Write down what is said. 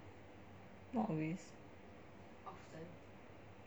not always